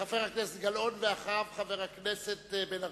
חבר הכנסת גילאון, ואחריו, חבר הכנסת בן-ארי.